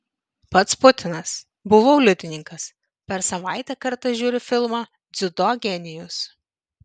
pats putinas buvau liudininkas per savaitę kartą žiūri filmą dziudo genijus